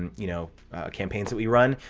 and you know campaigns that we run.